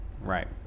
Right